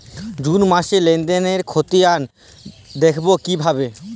June মাসের লেনদেনের খতিয়ান দেখবো কিভাবে?